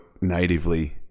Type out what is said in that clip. natively